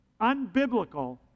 unbiblical